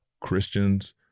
Christians